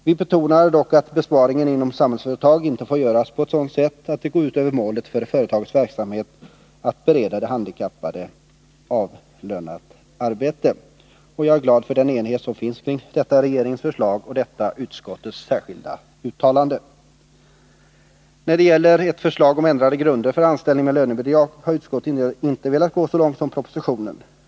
Vi betonar dock att besparingen inom Samhällsföretag inte får göras på sådant sätt att den går ut över målet för företagets verksamhet, dvs. att bereda de handikappade avlönat arbete. Jag är glad för den stora enighet som finns om detta regeringens förslag och om detta utskottets särskilda yttrande. När det gäller ett förslag om ändrade grunder för anställning med lönebidrag har utskottet inte velat gå så långt som regeringen.